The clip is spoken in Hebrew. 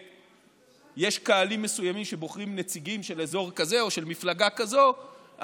יש קהלים מסוימים שבוחרים נציגים של אזור כזה או של מפלגה כזאת,